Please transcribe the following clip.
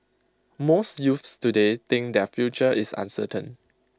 most youths today think their future is uncertain